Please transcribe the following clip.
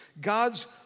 God's